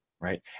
right